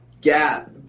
gap